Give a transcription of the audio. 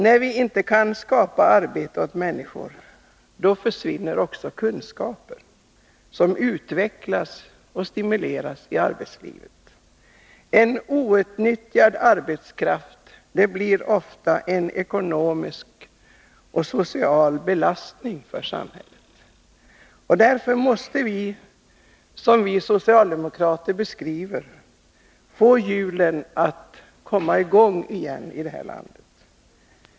När vi inte kan skapa arbete åt människor, då försvinner också många kunskaper som utvecklas och stimuleras i arbetslivet. En outnyttjad arbetskraft blir ofta en ekonomisk och social belastning. Därför måste vi, som socialdemokraterna så väl beskriver, få hjulen att gå igen.